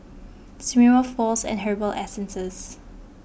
Smirnoff Wall's and Herbal Essences